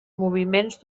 moviments